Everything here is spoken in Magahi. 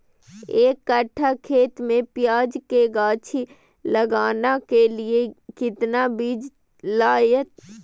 एक कट्ठा खेत में प्याज के गाछी लगाना के लिए कितना बिज लगतय?